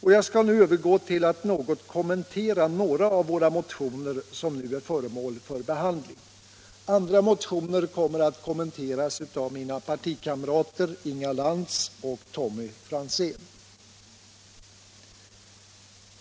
Jag skall nu övergå till att något kommentera några av våra motioner som här är föremål för behandling. Andra motioner kommer att kommenteras av mina partikamrater Inga Lantz och Tommy Franzén.